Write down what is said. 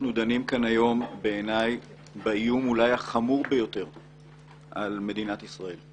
אנחנו דנים כאן בעיניי באיום אולי החמור ביותר על מדינת ישראל,